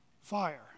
fire